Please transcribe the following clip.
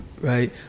right